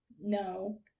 No